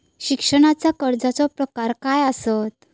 शिक्षणाच्या कर्जाचो प्रकार काय आसत?